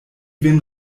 vin